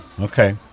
Okay